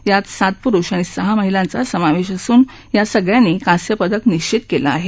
यात सात पुरुष आणि सहा महिला स्पर्धकांचा समावेश असून या सगळ्यांनी कांस्य पदक निश्वित केलं आहे